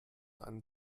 ein